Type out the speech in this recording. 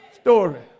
story